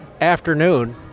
afternoon